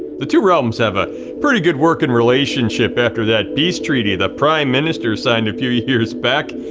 the two realms have a pretty good working relationship after that peace treaty the prime ministers signed a few years back.